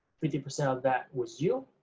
fifty percent of that was you,